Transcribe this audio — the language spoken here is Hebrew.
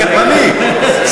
איתן, מהיריות אנחנו לא שומעים.